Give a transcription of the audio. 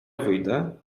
wyjdę